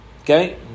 Okay